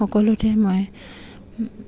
সকলোতে মই